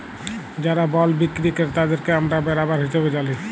যারা বল্ড বিক্কিরি কেরতাদেরকে আমরা বেরাবার হিসাবে জালি